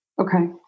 Okay